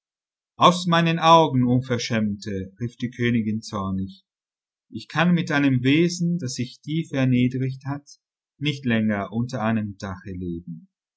aus meinen augen unverschämte rief die königin zornig ich kann mit einem wesen das sich tief erniedrigt hat nicht länger unter einem dache leben